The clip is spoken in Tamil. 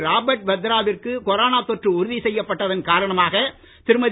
ராபர்ட் வத்ரா விற்கு கொரோனா தொற்ற உறுதி செய்யப்பட்டதன் காரணமாக திருமதி